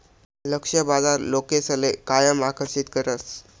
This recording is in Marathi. लक्ष्य बाजार लोकसले कायम आकर्षित करस